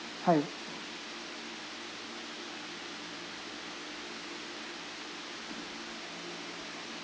hi